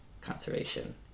conservation